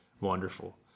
Wonderful